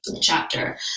chapter